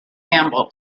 campbell